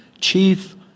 chief